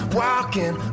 walking